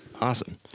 Awesome